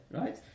right